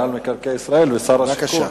מינהל מקרקעי ישראל ושר השיכון.